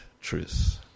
truth